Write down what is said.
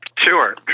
Sure